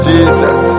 Jesus